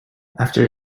after